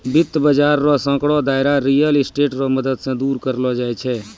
वित्त बाजार रो सांकड़ो दायरा रियल स्टेट रो मदद से दूर करलो जाय छै